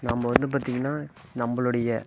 நம்ம வந்து பார்த்திங்கனா நம்மளுடைய